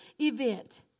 event